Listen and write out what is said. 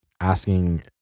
asking